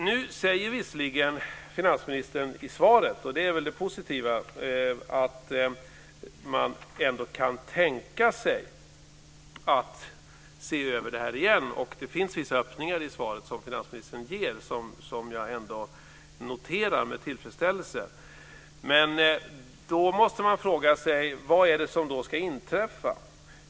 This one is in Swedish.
Nu säger visserligen finansministern i svaret, och det är väl det positiva, att man ändå kan tänka sig att se över detta igen. Och finansministern ger vissa öppningar i svaret, vilka jag noterar med tillfredsställelse. Men då måste man fråga: Vad är det som ska inträffa?